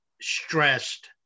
stressed